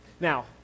Now